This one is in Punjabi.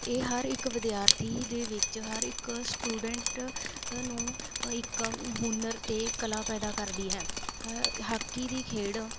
ਇਹ ਹਰ ਇੱਕ ਵਿਦਿਆਰਥੀ ਦੇ ਵਿੱਚ ਹਰ ਇੱਕ ਸਟੂਡੈਂਟ ਨੂੰ ਇੱਕ ਹੁਨਰ ਅਤੇ ਕਲਾ ਪੈਦਾ ਕਰਦੀ ਹੈ ਹਾਕੀ ਦੀ ਖੇਡ